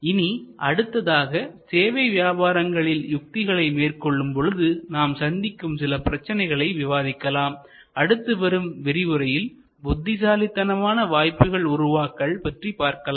இனி அடுத்ததாக சேவை வியாபாரங்களில் யுத்திகளை மேற்கொள்ளும் பொழுது நாம் சந்திக்கும் சில பிரச்சனைகளை விவாதிக்கலாம் அடுத்து வரும் விரிவுரையில் புத்திசாலித்தனமான வாய்ப்புகள் உருவாக்கல் பற்றி பார்க்கலாம்